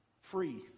free